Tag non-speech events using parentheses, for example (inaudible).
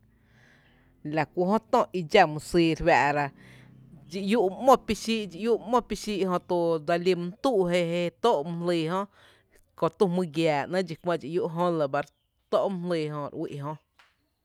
La kú jö tö i dxá mý sýý re fáá’ ra dxi iú’ mý ‘mó píí’ xíí’ (hesitation) dxi iú’ mý ‘mó píí’ xíí’, jötu dse lí mý túú’ jé tóó’ mý jlíí jö, köö tü jmý giáá ‘néé’ dxí iú’ jö lɇ bá re tó’ mý jlýý Jö re uï’ jóo.